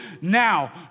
now